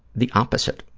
the opposite.